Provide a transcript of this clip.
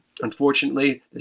unfortunately